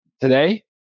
today